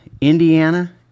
Indiana